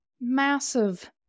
massive